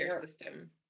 system